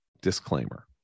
disclaimer